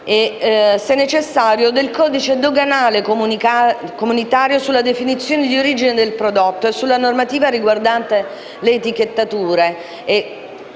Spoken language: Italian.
se necessario - del codice doganale comunitario sulla definizione di origine del prodotto e sulla normativa riguardante le etichettature.